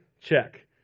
check